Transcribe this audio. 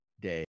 day